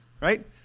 right